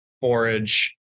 forage